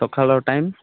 ସକାଳ ଟାଇମ୍